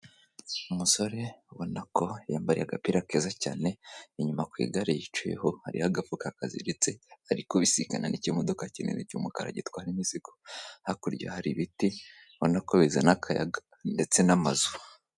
Umusore ubona ko yambaye agapira keza cyane inyuma ku igare yicayeho, hari agafuka kaziritse ari kubisikana n'ikimodoka kinini cy'umukara gitwara imizigo, hakurya hari ibiti ubona ko bizana akayaga ndetse n'amazu.